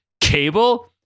Cable